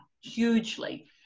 hugely